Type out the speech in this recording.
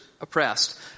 oppressed